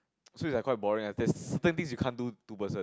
so it's like quite boring lah there's certain things you can't do two person